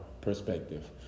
perspective